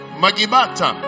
magibata